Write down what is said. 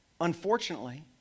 unfortunately